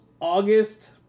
August